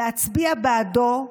להצביע בעדו,